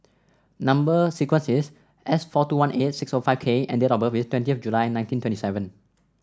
number sequence is S four two one eight six O five K and date of birth is twenty July nineteen twenty seven